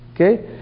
Okay